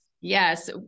Yes